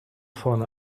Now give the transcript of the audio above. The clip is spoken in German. vorne